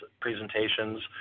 presentations